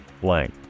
blank